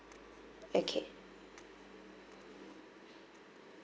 okay